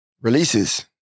Releases